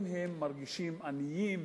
אם הם מרגישים עניים,